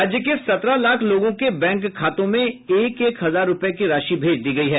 राज्य के सत्रह लाख लोगों के बैंक खातों में एक एक हजार रूपये की राशि भेज दी गयी है